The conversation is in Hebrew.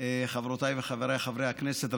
חברותיי וחבריי חברי הכנסת,